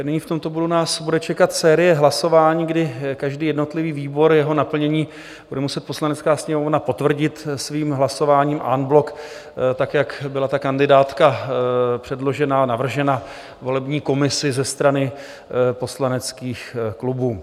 Nyní v tomto bodě nás bude čekat série hlasování, kdy každý jednotlivý výbor, jeho naplnění, bude muset Poslanecká sněmovna potvrdit svým hlasováním en bloc tak, jak byla ta kandidátka předložena, navržena volební komisi ze strany poslaneckých klubů.